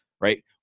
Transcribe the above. right